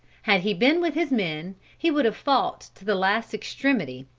had he been with his men, he would have fought to the last extremity,